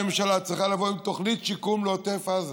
הממשלה צריכה לבוא עם תוכנית שיקום לעוטף עזה,